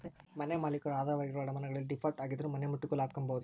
ಮನೆಮಾಲೀಕರು ಆಧಾರವಾಗಿರುವ ಅಡಮಾನಗಳಲ್ಲಿ ಡೀಫಾಲ್ಟ್ ಆಗಿದ್ದರೂ ಮನೆನಮುಟ್ಟುಗೋಲು ಹಾಕ್ಕೆಂಬೋದು